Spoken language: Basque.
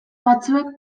batzuek